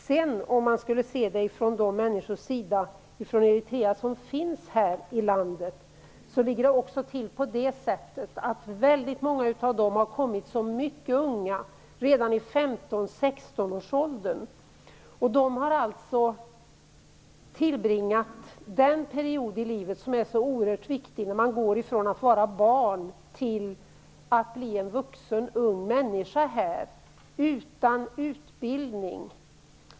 Väldigt många av de människor från Eritrea som finns här i landet har kommit som mycket unga - redan i 15-16-årsåldern. De har alltså tillbringat den period i livet som är så oerhört viktig här, dvs. när man går från att vara barn till att bli en vuxen ung människa, utan utbildning.